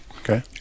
Okay